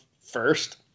first